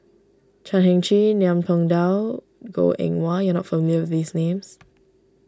Chan Heng Chee Ngiam Tong Dow Goh Eng Wah you are not familiar with these names